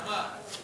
למה?